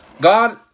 God